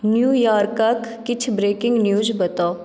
न्यूयॉर्कक किछु breaking news बताउ